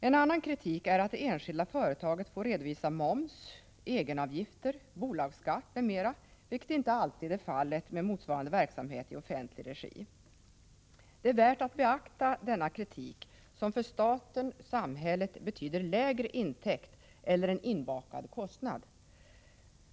En annan kritik är att det enskilda företaget får redovisa moms, egenavgifter, bolagsskatt m.m., vilket inte är fallet med motsvarande verksamhet i offentlig regi. Det är värt att beakta denna kritik mot att detta för staten/samhället betyder en lägre intäkt eller en inbakad kostnad.